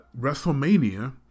WrestleMania